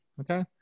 Okay